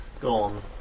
gone